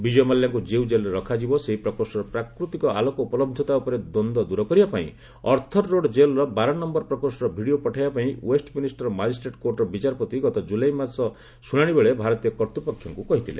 ବିଜୟ ମାଲ୍ୟାଙ୍କୁ ଯେଉଁ ଜେଲ୍ରେ ରଖାଯିବ ସେହି ପ୍ରକୋଷ୍ଠର ପ୍ରାକୃତିକ ଆଲୋକ ଉପଲହ୍ଧତା ଉପରେ ଦ୍ୱନ୍ଦ୍ୱ ଦୂର କରିବା ପାଇଁ ଅର୍ଥର୍ ରୋଡ୍ ଜେଲ୍ର ବାରନୟର ପ୍ରକୋଷ୍ଠର ଭିଡ଼ିଓ ପଠାଇବା ପାଇଁ ଓ୍ୱେଷ୍ଟମିନିଷ୍ଟର ମାଜିଷ୍ଟ୍ରେଟ୍ କୋର୍ଟର ବିଚାରପତି ଗତ ଜୁଲାଇ ମାସରେ ଶୁଣାଣି ବେଳେ ଭାରତୀୟ କର୍ତ୍ତୃପକ୍ଷଙ୍କୁ କହିଥିଲେ